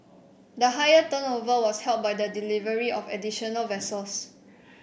the higher turnover was helped by the delivery of additional vessels